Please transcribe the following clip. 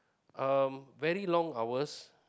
um very long hours